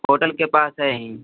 hotel के पास है यहीं